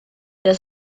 der